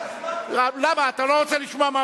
מה קרה?